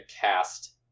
cast